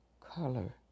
color